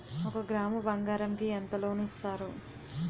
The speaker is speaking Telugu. ఒక గ్రాము బంగారం కి ఎంత లోన్ ఇస్తారు?